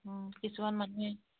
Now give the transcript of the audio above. অঁ কিছুমান মানুহে